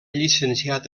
llicenciat